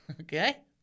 okay